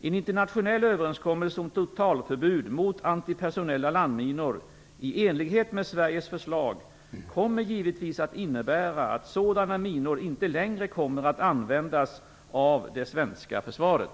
En internationell överenskommelse om totalförbud mot antipersonella landminor i enlighet med Sveriges förslag kommer givetvis att innebära att sådana minor inte längre kommer att användas av det svenska försvaret.